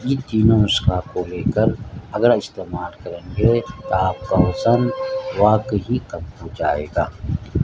یہ تینوں اس کا کو لے کر اگر استعمال کریں گے تو آپ کا وزن واقعی کم ہو جائے گا